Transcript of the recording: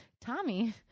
Tommy